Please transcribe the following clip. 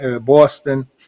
Boston